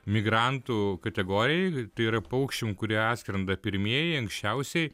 migrantų kategorijai tai yra paukščiam kurie atskrenda pirmieji anksčiausiai